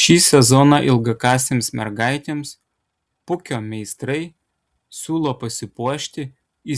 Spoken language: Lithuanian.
šį sezoną ilgakasėms mergaitėms pukio meistrai siūlo pasipuošti